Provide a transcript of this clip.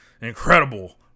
incredible